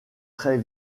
très